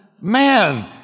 man